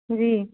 जी